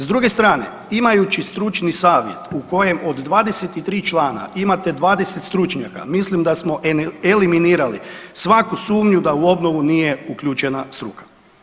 S druge strane imajući stručni savjet u kojem od 23 člana imate 20 stručnjaka mislim da smo eliminirali svaku sumnju da u obnovu nije uključena struka.